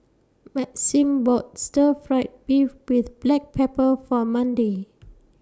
Maxim bought Stir Fry Beef with Black Pepper For Mandi